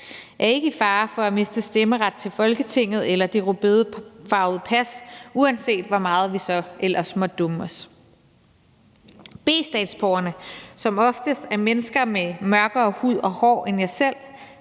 selv, er ikke i fare for at miste stemmeret til Folketinget eller det rødbedefarvede pas, uanset hvor meget vi så ellers måtte dumme os. B-statsborgerne, som oftest er mennesker med mørkere hud og hår end jeg selv,